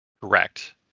correct